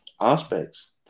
aspects